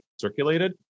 circulated